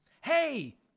Hey